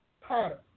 pattern